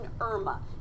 Irma